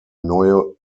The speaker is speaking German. neue